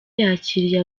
yakiriye